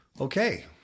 Okay